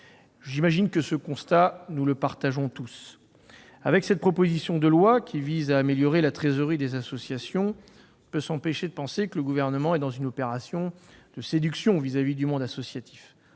J'imagine que nous partageons tous ce constat. Avec cette proposition de loi, qui vise à améliorer la trésorerie des associations, on ne peut s'empêcher de penser que le Gouvernement se lance dans une opération de séduction à l'égard du monde associatif.